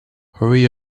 hurry